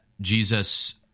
Jesus